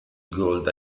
gold